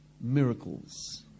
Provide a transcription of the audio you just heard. miracles